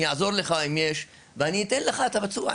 אעזור לך אם יש ואני אתן לך את הביצוע,